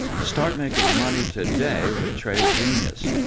start making money today with trade genius.